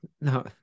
no